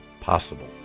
possible